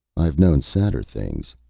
i've known sadder things,